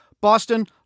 Boston